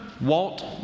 Walt